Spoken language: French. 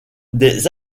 des